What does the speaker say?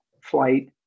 flight